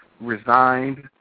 resigned